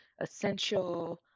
essential